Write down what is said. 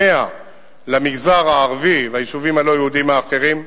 100 למגזר הערבי וליישובים הלא-יהודיים האחרים,